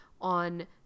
on